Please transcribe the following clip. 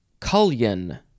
Cullion